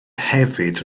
hefyd